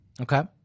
Okay